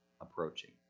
approaching